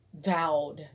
vowed